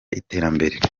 iterambere